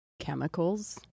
chemicals